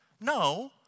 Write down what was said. No